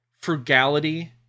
frugality